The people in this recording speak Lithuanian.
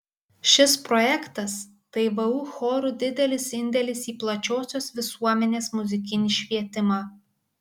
šis projektas tai vu chorų didelis indėlis į plačiosios visuomenės muzikinį švietimą